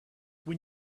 when